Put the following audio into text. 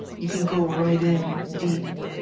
you can go right in, deep.